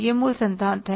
यह मूल सिद्धांत है